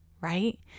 right